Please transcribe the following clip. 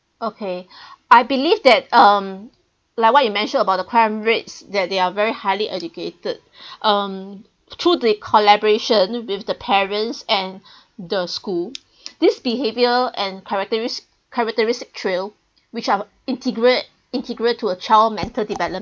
okay I believe that um like what you mention about the crime rates that they are very highly educated um through the collaboration with the parents and the school this behaviour and characters characteristics trail which are integral integral to a child mental development